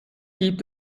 gibt